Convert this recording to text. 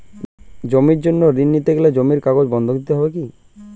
জমির জন্য ঋন নিতে গেলে জমির কাগজ বন্ধক দিতে হবে কি?